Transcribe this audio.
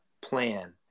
plan